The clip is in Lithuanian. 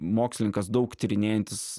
mokslininkas daug tyrinėjantis